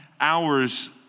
hours